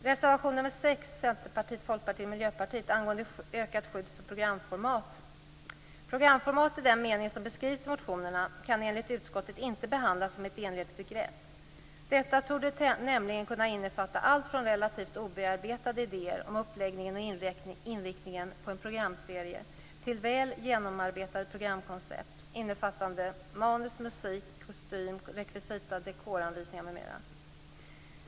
Reservation nr 6 angående ökat skydd för programformat har avgetts av Centerpartiet, Folkpartiet och Miljöpartiet. Programformat i den mening som beskrivs i motionerna kan enligt utskottet inte behandlas som ett enhetligt begrepp. Detta torde nämligen kunna innefatta allt från relativt obearbetade idéer om uppläggningen och inriktningen på en programserie till väl genomarbetade programkoncept, innefattande manus, musik, kostym, rekvisita, dekoranvisningar m.m.